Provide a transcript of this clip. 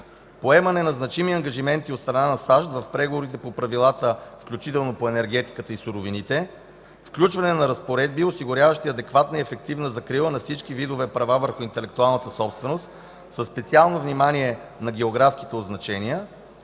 поемане на значими ангажименти от страна на САЩ в преговорите по правилата, включително по енергетиката и суровините; - включване на разпоредби, осигуряващи адекватна и ефективна закрила на всички видове права върху интелектуалната собственост, със специално внимание на географските означения